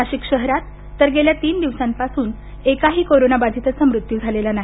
नाशिक शहरात तर गेल्या तीन दिवसांपासून एकही कोरोना बधिताचा मृत्यू झालेला नाही